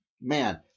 man